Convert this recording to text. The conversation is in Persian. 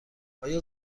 آیا